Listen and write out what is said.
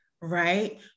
Right